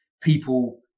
people